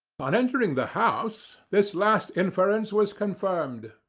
on entering the house this last inference was confirmed.